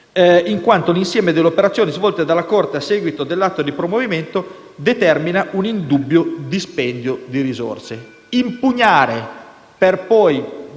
in quanto l'insieme delle operazioni svolte dalla Corte a seguito dell'atto di promuovimento determina un indubbio dispendio di risorse. Impugnare per poi